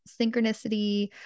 synchronicity